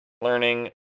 learning